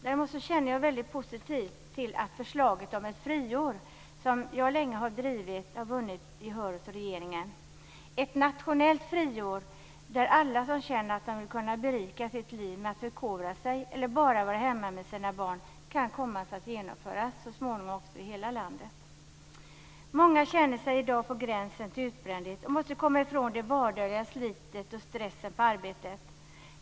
Däremot är jag mycket positiv till att förslaget om ett friår, som jag länge har drivit, har vunnit gehör hos regeringen. Ett nationellt friår, där alla som känner att de vill kunna berika sitt liv med att förkovra sig eller bara vara hemma med sina barn, kan så småningom komma att genomföras i hela landet. Många känner sig i dag på gränsen till utbrändhet och måste komma ifrån det vardagliga slitet och stressen på arbetet.